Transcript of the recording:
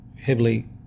heavily